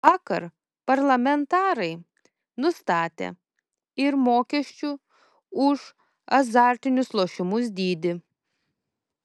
vakar parlamentarai nustatė ir mokesčių už azartinius lošimus dydį